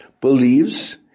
believes